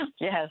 Yes